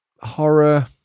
Horror